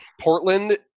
Portland